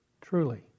truly